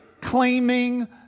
claiming